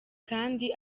kandi